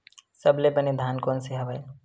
सबले बने धान कोन से हवय?